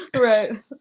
Right